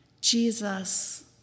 Jesus